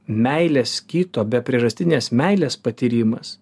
meilės kito be priežastinės meilės patyrimas